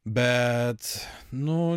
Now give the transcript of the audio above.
bet nu